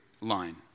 line